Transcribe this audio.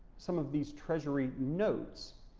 some of these treasury notes.